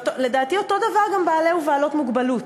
לדעתי, אותו דבר גם בעלי ובעלות מוגבלות.